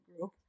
Group